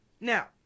now